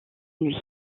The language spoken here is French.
nuit